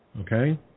Okay